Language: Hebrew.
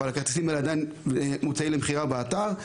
והכרטיסים האלה עדיין מוצעים למכירה באתר.